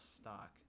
stock